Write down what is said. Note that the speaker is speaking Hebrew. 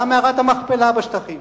גם מערת המכפלה בשטחים.